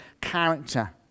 character